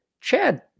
Chad